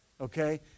okay